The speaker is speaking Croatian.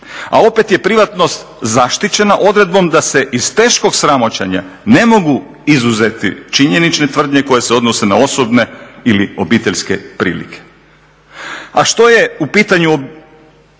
A opet je privatnost zaštićena odredbom da se iz teškog sramoćenja ne mogu izuzeti činjenične tvrdnje koje se odnose na osobne ili obiteljske prilike. A što ako je u pitanju obiteljski